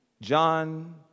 John